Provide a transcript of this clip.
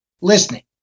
listening